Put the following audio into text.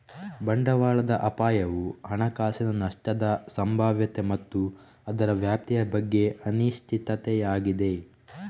ಬಂಡವಾಳದ ಅಪಾಯವು ಹಣಕಾಸಿನ ನಷ್ಟದ ಸಂಭಾವ್ಯತೆ ಮತ್ತು ಅದರ ವ್ಯಾಪ್ತಿಯ ಬಗ್ಗೆ ಅನಿಶ್ಚಿತತೆಯಾಗಿದೆ